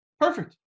Perfect